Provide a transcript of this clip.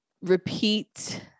repeat